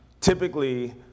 typically